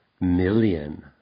million